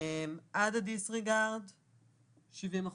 עד הדיסריגרד-70%,